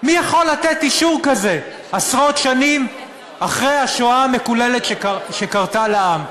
מי יכול לתת אישור כזה עשרות שנים אחרי השואה המקוללת שקרתה לעם?